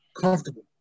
comfortable